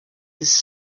his